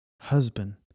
husband